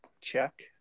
Check